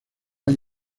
año